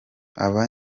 aba